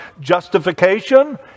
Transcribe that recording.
justification